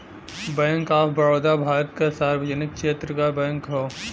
bank of Baroda Bharat क सार्वजनिक क्षेत्र क बैंक हौ